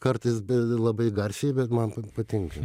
kartais be labai garsiai bet man pa patinka